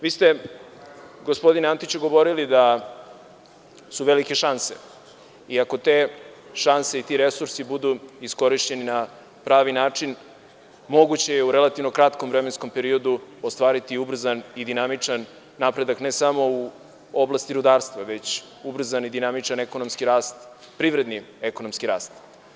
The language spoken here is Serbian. Vi ste, gospodine Antiću, govorili da su velike šanse i ako te šanse i ti resursi budu iskorišćena na pravi način, moguće je u relativno kratkom vremenskom periodu ostvariti ubrzan i dinamičan napredak, ne samo u oblasti rudarstva, već ubrzan i dinamičan privredni ekonomski rast.